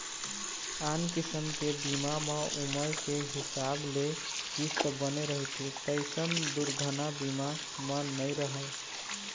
आन किसम के बीमा म उमर के हिसाब ले किस्त बने रहिथे तइसन दुरघना बीमा म नइ रहय